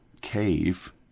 cave